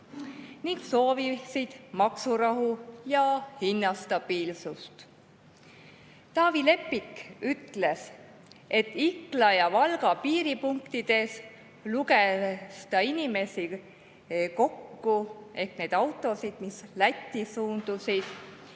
ning soovisid maksurahu ja hinnastabiilsust. Taavi Leppik ütles, et Ikla ja Valga piiripunktides luges ta inimesi kokku ehk neid autosid, mis Lätti suundusid,